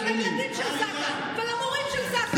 גם לילדים של זק"א ולמורים של זק"א.